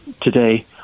today